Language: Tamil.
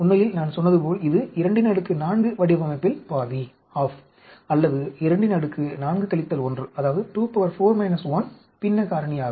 உண்மையில் நான் சொன்னது போல் இது 24 வடிவமைப்பில் பாதி அல்லது 24 1 பின்ன காரணியாகும்